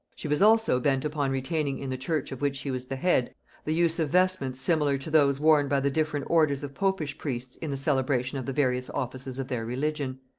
she was also bent upon retaining in the church of which she was the head the use of vestments similar to those worn by the different orders of popish priests in the celebration of the various offices of their religion.